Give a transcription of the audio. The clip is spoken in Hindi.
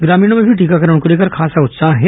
ग्रामीणों में भी टीकाकरण को लेकर खासा उत्साह है